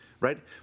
right